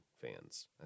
fans